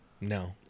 No